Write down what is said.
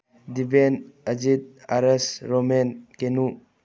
ꯗꯤꯕꯦꯟ ꯑꯖꯤꯠ ꯑꯥꯔꯁ ꯔꯣꯃꯦꯟ ꯀꯦꯅꯨ